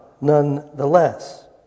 nonetheless